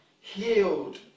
Healed